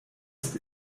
ist